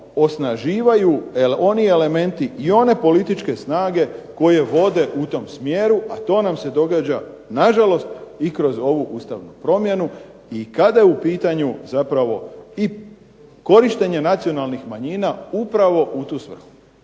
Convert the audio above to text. osnaživaju oni elementi i one političke snage koje vode u tom smjeru a to nam se događa na žalost i kroz ovu Ustavnu promjenu i kada je u pitanju korištenje nacionalnih manjina upravo u tu svrhu.